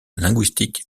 linguistique